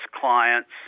clients